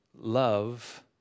love